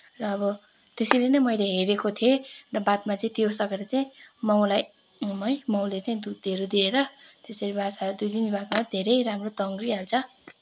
र अब त्यसरी नै मेलै हेरेको थिएँ र बादमा चाहिँ त्यो सकेर चाहिँ माउलाई है माउले चाहिँ दुधहरू दिएर त्यसरी बाछा दुई दिन बादमा धेरै राम्रो तङ्रीहाल्छ